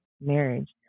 marriage